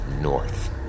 north